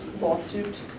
lawsuit